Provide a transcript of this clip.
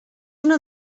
una